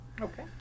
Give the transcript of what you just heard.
Okay